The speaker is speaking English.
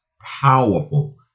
powerful